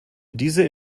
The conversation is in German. diese